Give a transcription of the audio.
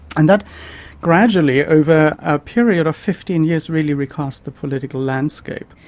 and that gradually over a period of fifteen years really recast the political landscape.